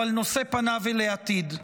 אבל נושא פניו אל העתיד.